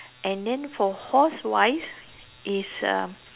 and then for horse wise is um